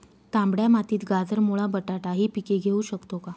तांबड्या मातीत गाजर, मुळा, बटाटा हि पिके घेऊ शकतो का?